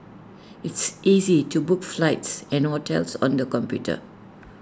it's easy to book flights and hotels on the computer